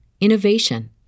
innovation